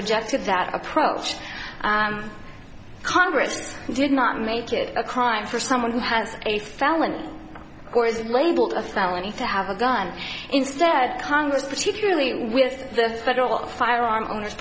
rejected that approach congress did not make it a crime for someone who has a felony or is labeled a felony to have a gun instead congress particularly with the federal firearm owners